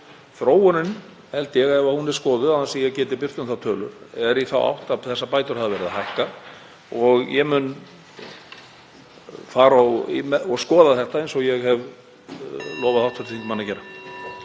Þróunin, held ég, ef hún er skoðuð án þess að ég geti birt um það tölur, er í þá átt að þessar bætur hafa verið að hækka og ég mun skoða þetta eins og ég hef lofað hv. þingmanni að gera.